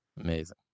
amazing